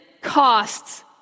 costs